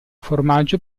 formaggio